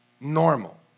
normal